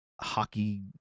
hockey